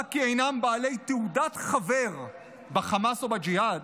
רק כי אינם בעלי תעודת חבר בחמאס ובג'יהאד,